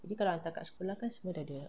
tapi kalau hantar kat sekolah kan semua dah ada